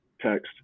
text